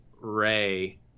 Ray